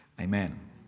Amen